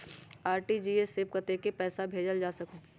RTGS से कतेक पैसा भेजल जा सकहु???